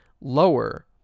lower